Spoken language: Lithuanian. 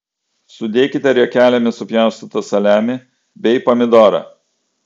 sudėkite riekelėmis supjaustytą saliamį bei pomidorą